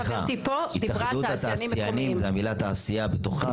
התאחדות התעשיינים זה המילה תעשייה בתוכה